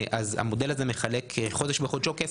המודל הזה מחלק חודש בחודשו כסף.